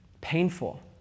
Painful